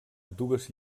dues